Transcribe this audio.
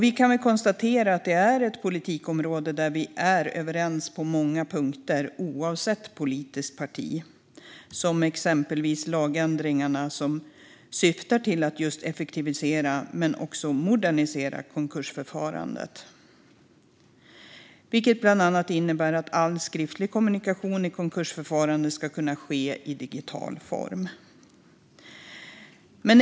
Vi kan konstatera att det är ett politikområde där vi är överens på många punkter oavsett politiskt parti. Det gäller exempelvis lagändringarna som syftar till att just effektivisera och även modernisera konkursförfarandet. Det innebär bland annat att all skriftlig kommunikation i konkursförfarandet ska kunna ske i digital form.